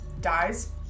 dies